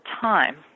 time